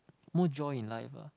more joy in life ah